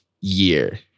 year